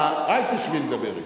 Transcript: אוקיי, סליחה, אל תשבי לדבר אתי.